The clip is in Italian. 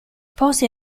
posti